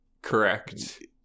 Correct